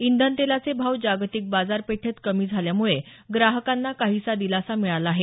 इंधन तेलाचे भाव जागतिक बाजारपेठेत कमी झाल्यामुळं ग्राहकांना काहीसा दिलासा मिळाला आहे